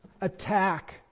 attack